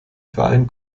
verein